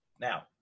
Now